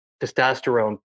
testosterone